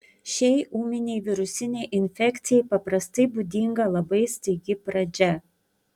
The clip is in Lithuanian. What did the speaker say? šiai ūminei virusinei infekcijai paprastai būdinga labai staigi pradžia